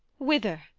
whither?